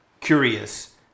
curious